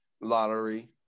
lottery